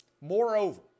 Moreover